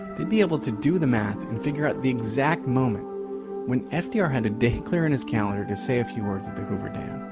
they'd be able to do the math and figure out the exact moment when fdr had a date cleared in his calendar to say a few words at the hoover dam.